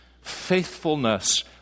faithfulness